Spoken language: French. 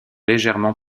légèrement